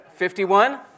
51